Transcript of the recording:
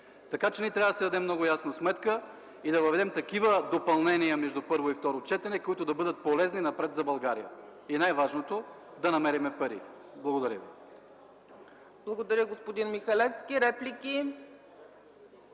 път. Ние трябва да си дадем много ясна сметка и да въведем такива допълнения между първо и второ четене, които да бъдат полезни напред за България, и най-важното – да намерим пари. Благодаря Ви. ПРЕДСЕДАТЕЛ ЦЕЦКА ЦАЧЕВА: Благодаря, господин Михалевски. Реплики?